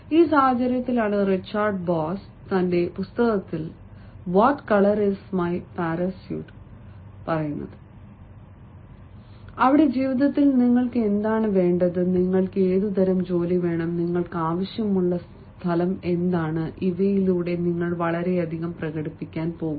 ഈ സാഹചര്യത്തിലാണ് Richard Bolles തന്റെ പുസ്തകത്തിൽ what colour is my parachute പറയുന്നത് അവിടെ ജീവിതത്തിൽ നിങ്ങൾക്ക് എന്താണ് വേണ്ടത് നിങ്ങൾക്ക് ഏതുതരം ജോലി വേണം നിങ്ങൾക്ക് ആവശ്യമുള്ള സ്ഥലം എന്താണ് ഇവയിലൂടെ നിങ്ങൾ വളരെയധികം പ്രകടിപ്പിക്കാൻ പോകുന്നു